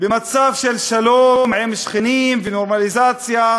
במצב של שלום עם שכנים ונורמליזציה,